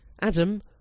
Adam